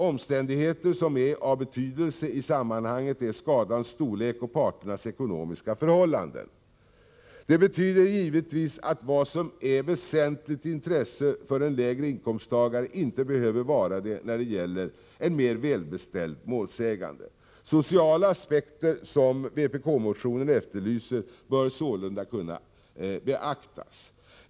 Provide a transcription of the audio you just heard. Omständigheter som är av betydelse i sammanhanget är skadans storlek och parternas ekonomiska förhållanden.” Det betyder givetvis att vad som är ett väsentligt intresse för en person med lägre inkomst inte behöver vara det när det gäller en mer välbeställd målsägande. Sociala aspekter som vpk-motionen efterlyser bör sålunda kunna beaktas.